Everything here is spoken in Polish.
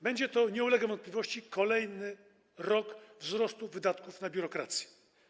Będzie to, nie ulega wątpliwości, kolejny rok wzrostu wydatków na biurokrację.